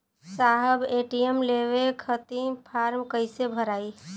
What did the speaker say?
साहब ए.टी.एम लेवे खतीं फॉर्म कइसे भराई?